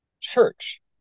church